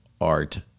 art